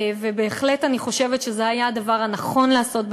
ואני בהחלט חושבת שזה היה הדבר הנכון לעשות,